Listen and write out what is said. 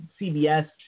CBS